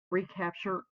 recapture